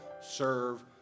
serve